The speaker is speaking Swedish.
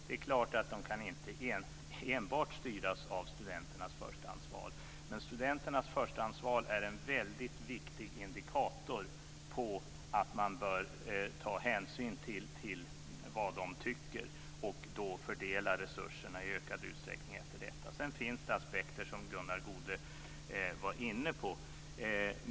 Det är klart att den inte enbart kan styras av studenternas förstahandsval, men studenternas förstahandsval är en väldigt viktig indikator. Man bör ta hänsyn till vad de tycker och i ökad utsträckning fördela resurserna efter detta. Sedan finns det aspekter som Gunnar Goude var inne på.